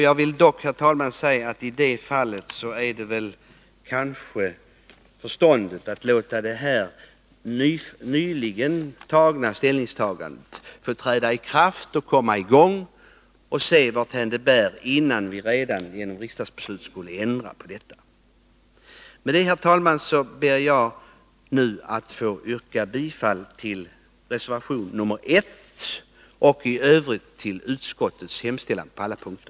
Jag vill, herr talman, säga att det i det här fallet kanske är förståndigt att låta det nyligen gjorda ställningstagandet få träda i kraft, så att verksamheten kommer i gång och vi kan se varthän det bär, innan vi ändrar på detta med ett riksdagsbeslut. Med detta, herr talman, ber jag att få yrka bifall till reservation nr 1-och i övrigt till utskottets hemställan på alla punkter.